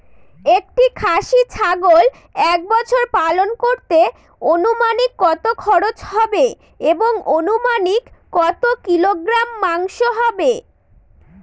একটি খাসি ছাগল এক বছর পালন করতে অনুমানিক কত খরচ হবে এবং অনুমানিক কত কিলোগ্রাম মাংস হবে?